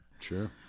Sure